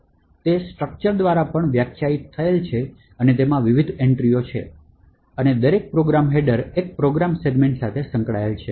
તેથી તે સ્ટ્રક્ચર દ્વારા પણ વ્યાખ્યાયિત થયેલ છે અને તેમાં વિવિધ એન્ટ્રીઓ છે અને દરેક પ્રોગ્રામ હેડર એક પ્રોગ્રામ સેગમેન્ટ સાથે સંકળાયેલ છે